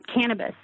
cannabis